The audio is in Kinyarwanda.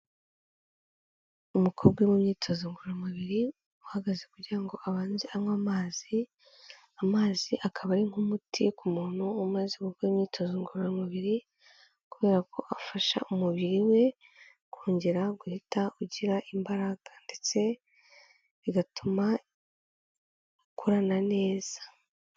Umukobwa mu myitozo ngororamubiri, uhagaze kugira ngo abanze anywe amazi amazi, akaba ari nk'umuti ku muntu umaze gukora imyitozo ngororamubiri kubera ko afasha umubiri we kongera guhita ugira imbaraga ndetse bigatuma ukora na neza.